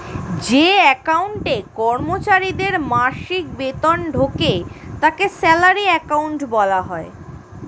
যে অ্যাকাউন্টে কর্মচারীদের মাসিক বেতন ঢোকে তাকে স্যালারি অ্যাকাউন্ট বলা হয়